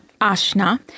Ashna